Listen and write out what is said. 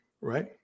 right